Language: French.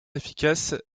efficace